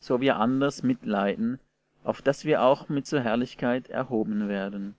so wir anders mit leiden auf daß wir auch mit zur herrlichkeit erhoben werden